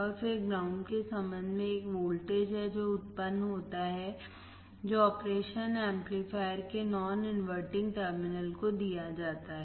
और फिर ग्राउंड के संबंध में यह एक वोल्टेज है जो उत्पन्न होता है जो ऑपरेशन एम्पलीफायर के नॉन इनवर्टिंग टर्मिनल को दिया जाता है